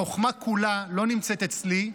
החוכמה כולה לא נמצאת אצלי,